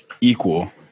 equal